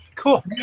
Cool